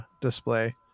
display